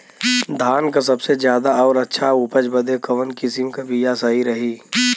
धान क सबसे ज्यादा और अच्छा उपज बदे कवन किसीम क बिया सही रही?